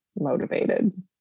motivated